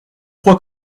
crois